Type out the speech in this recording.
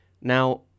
Now